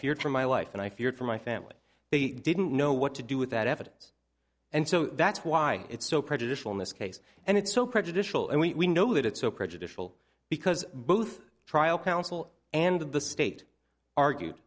feared for my life and i feared for my family they didn't know what to do with that evidence and so that's why it's so prejudicial in this case and it's so prejudicial and we know that it's so prejudicial because both trial counsel and the state argued